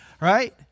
right